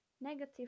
negative